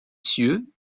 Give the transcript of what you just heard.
cieux